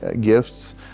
gifts